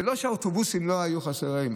זה לא שהאוטובוסים היו חסרים,